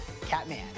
Catman